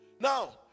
Now